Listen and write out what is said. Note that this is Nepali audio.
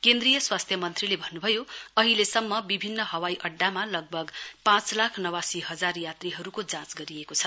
केन्द्रीय स्वास्थ्य मन्त्रीले भन्नु भयो अहिलेसम्म विभिन्न हवाई अड्डामा लगभग पाँच लाख नवासी हजार यात्रीहरूको जाँच गरिएको छ